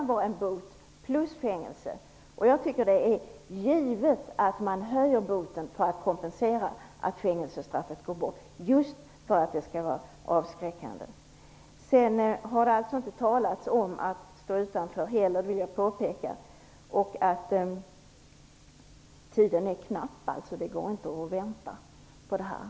Nu är det bara bot som gäller. Jag tycker därför att det är givet att man höjer boten för att kompensera att fängelsestraffet har tagits bort just för att straffet skall vara avskräckande. Det har inte talats om att stå utanför. Tiden är knapp. Det går inte att vänta med detta.